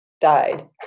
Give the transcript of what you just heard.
died